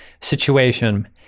situation